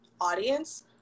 audience